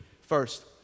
first